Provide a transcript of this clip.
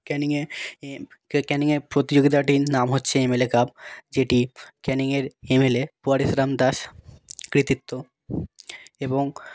ক্যানিংয়ে এ ক্যানিংয়ে প্রতিযোগিতাটির নাম হচ্ছে এম এল এ কাপ যেটি ক্যানিংয়ের M L A Pareshram Das কৃতিত্ব এবং